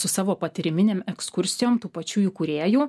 savo patyriminėm ekskursijom tų pačių įkūrėjų